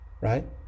right